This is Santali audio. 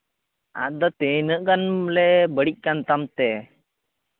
ᱟᱫᱚ ᱛᱤᱱᱟᱹᱜ ᱜᱟᱱ ᱵᱚᱞᱮ ᱵᱟᱹᱲᱤᱡ ᱠᱟᱱ ᱛᱟᱢ ᱛᱮ